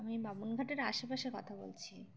আমি বামুনঘাটের আশেপাশের কথা বলছি